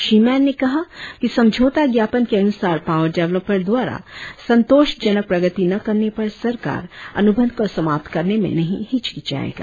श्री मेन ने कहा कि समझौता ज्ञापन के अनुसार पावर देवलोपर द्वारा संतोषजनक प्रगति न करने पर सरकार अनुबंध को समाप्त करने में नही हिचकिचाएगा